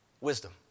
Wisdom